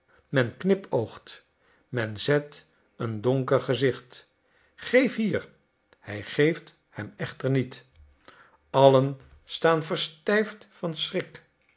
men knipoogt men zet een donker gezicht geef hier hij geeft hem echter niet allen staan verstijfd van schrik